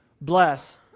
Bless